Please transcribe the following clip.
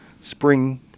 spring